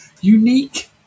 Unique